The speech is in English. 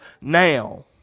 now